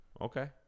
okay